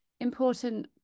important